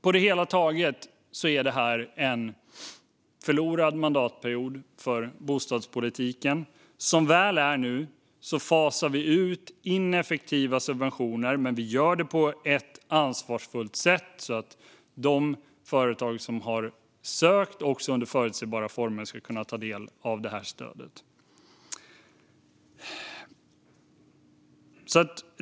På det hela taget är det här alltså en förlorad mandatperiod för bostadspolitiken. Som väl är fasar vi nu ut ineffektiva subventioner, men vi gör det på ett ansvarsfullt sätt så att de företag som har sökt under förutsägbara former ska kunna ta del av stödet.